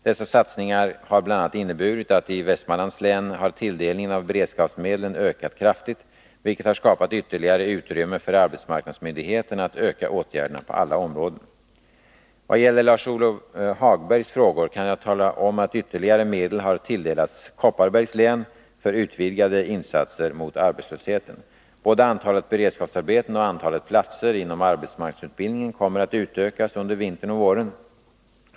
Dessa satsningar har bl.a. inneburit att i Västmanlands län har tilldelningen av beredskapsmedlen ökat kraftigt, vilket har skapat ytterligare utrymme för arbetsmarknadsmyndigheterna att öka åtgärderna på alla områden. Vad gäller Lars-Ove Hagbergs frågor kan jag tala om att ytterligare medel har tilldelats Kopparbergs län för utvidgade insatser mot arbetslösheten. Både antalet beredskapsarbeten och antalet platser inom arbetsmarknadsutbildningen kommer att utökas under vintern och våren.